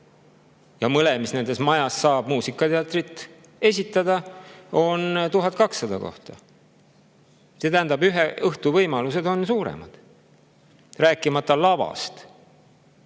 – mõlemas majas saab muusikateatrit esitada – 1200 kohta. See tähendab, et ühe õhtu võimalused on suuremad. Rääkimata lavast.